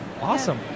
Awesome